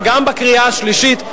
וגם בקריאה שלישית,